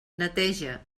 neteja